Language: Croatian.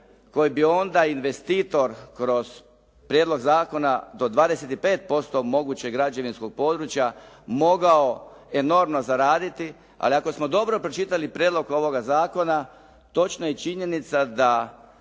koji bi onda investitor kroz prijedlog zakona do 25% mogućeg građevinskog područja mogao enormno zaraditi, ali ako smo dobro pročitali prijedlog ovoga zakona točna je činjenica da